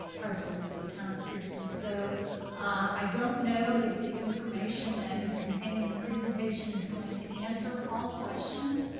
parcel with the town of pearson. so i don't know if the information that is contained in the presentation is going to answer all questions.